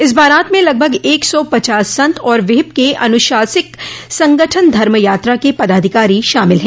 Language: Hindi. इस बारात में लगभग एक सौ पचास संत और विहिप के अनुशांसिक संगठन धर्म यात्रा के पदाधिकारी शामिल है